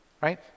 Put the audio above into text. right